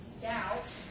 doubt